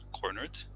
cornered